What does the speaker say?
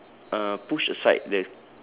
uh push aside the